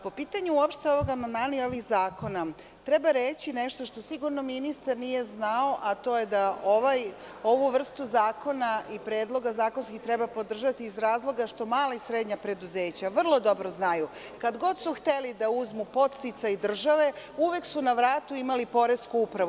Po pitanju uopšte ovog amandmana i ovih zakona, treba reći nešto što sigurno ministar nije znao, a to je da ovu vrstu zakona i zakonskih predloga treba podržati iz razloga što mala i srednja preduzeća vrlo dobro znaju, kad god su hteli da uzmu podsticaj države, uvek su na vratu imali poresku upravu.